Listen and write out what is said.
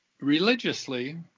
religiously